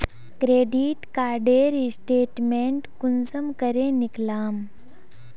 Credit कार्डेर statement कुंसम करे निकलाम?